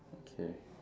okay